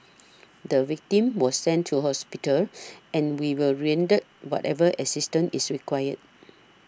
the victim was sent to hospital and we will render whatever assistance is required